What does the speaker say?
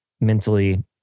mentally